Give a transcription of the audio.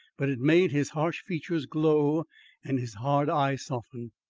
but it made his harsh features glow and his hard eye soften.